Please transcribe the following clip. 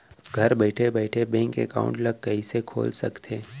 घर बइठे बइठे बैंक एकाउंट ल कइसे खोल सकथे?